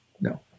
No